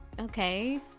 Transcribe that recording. okay